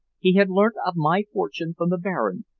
he had learnt of my fortune from the baron,